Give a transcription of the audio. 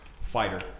fighter